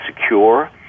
secure